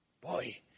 boy